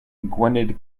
gwynedd